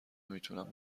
نمیتونم